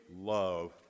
love